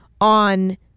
on